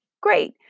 great